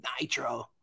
Nitro